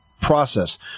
process